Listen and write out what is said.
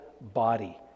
body